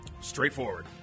Straightforward